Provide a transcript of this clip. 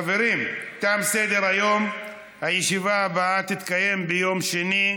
חברים, תם סדר-היום, הישיבה הבאה תתקיים ביום שני,